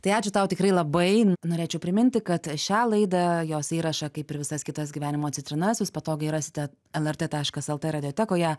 tai ačiū tau tikrai labai norėčiau priminti kad šią laidą jos įrašą kaip ir visas kitas gyvenimo citrinas jūs patogiai rasite lrt taškas lt radiotekoje